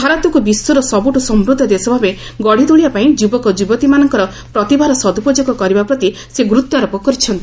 ଭାରତକୁ ବିଶ୍ୱର ସବୁଠୁ ସମୃଦ୍ଧ ଦେଶଭାବେ ଗଢି ତୋଳିବା ପାଇଁ ଯୁବକ ଯୁବତୀମାନଙ୍କର ପ୍ରତିଭାର ସଦୁପଯୋଗ କରିବା ପ୍ରତି ସେ ଗୁରୁତ୍ୱଆରୋପ କରିଛନ୍ତି